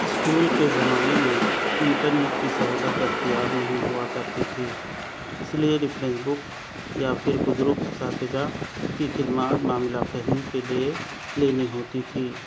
school کے زمانے میں انٹرنیٹ کی سہولت دستیاب نہیں ہوا کرتی تھی اس لئے رفرینس بک یا پھر بزرگ اساتذہ کی خدمات معاملہ فہمی کے لیے لینی ہوتی تھی